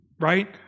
Right